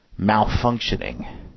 malfunctioning